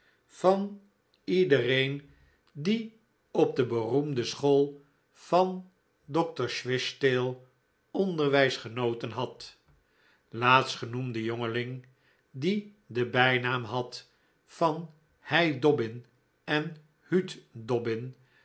van iedereen die op de beroemde school van dr shil onderwijs genoten had laatstgenoemde jongeling die den bijnaam had van hei dobbin en